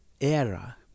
era